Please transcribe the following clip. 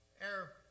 air